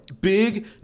big